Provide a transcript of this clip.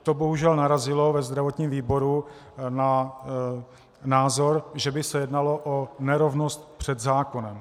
To bohužel narazilo ve zdravotním výboru na názor, že by se jednalo o nerovnost před zákonem.